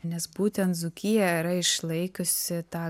nes būtent dzūkija yra išlaikiusi tą